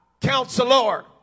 Counselor